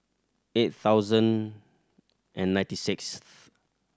eight thousand and ninety sixth